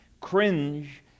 cringe